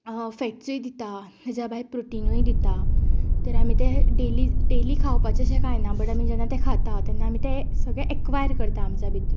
फॅट्सूय दिता तेज्या भायर प्रोटीनूय दिता तर आमी तें डेली खावपाचें अशें कांय ना बट आमी जेन्ना तें खातात तेन्ना आमी तें एक्वायर करता आमच्या भितर